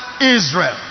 Israel